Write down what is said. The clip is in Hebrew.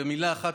במילה אחת,